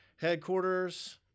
headquarters